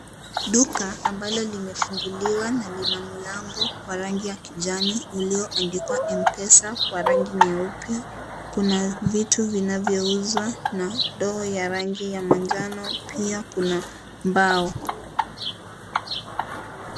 Duka ambalo limefunguliwa na lina mlango wa kijani ulioandikwa mpesa lwa rangi nyeupe. Kuna vitu vinavyouza na ndoo ya rangi ya majano, pia kuna mbao.